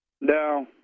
No